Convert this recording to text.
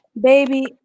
baby